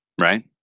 right